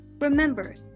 Remember